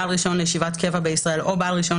בעל רישיון לישיבת קבע בישראל או בעל רישיון